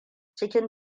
cikin